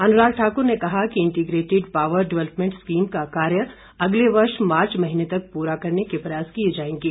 अनुराग ठाक्र ने कहा कि इंटीग्रेटिड पावर डेवलपमेंट स्कीम का कार्य अगले वर्ष मार्च महीने तक प्ररा करने के प्रयास किए जाएंगे